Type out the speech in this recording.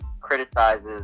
criticizes